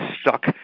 stuck